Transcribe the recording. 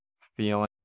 feeling